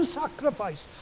sacrifice